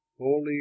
holy